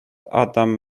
adam